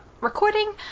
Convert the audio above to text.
recording